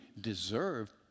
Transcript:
deserve